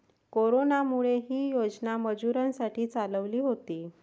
कोरोनामुळे, ही योजना मजुरांसाठी चालवली होती